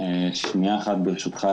ברשותך,